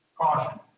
Caution